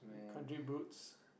country